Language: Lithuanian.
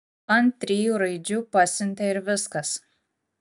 ant trijų raidžių pasiuntė ir viskas